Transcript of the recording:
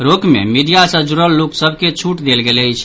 रोक मे मीडिया सँ जुड़ल लोक सभ के छूट देल गेल अछि